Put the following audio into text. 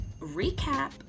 recap